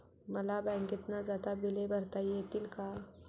मला बँकेत न जाता बिले भरता येतील का?